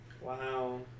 Wow